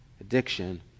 addiction